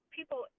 people